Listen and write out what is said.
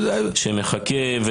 שמחכה.